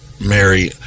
Mary